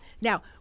Now